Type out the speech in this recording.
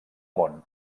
món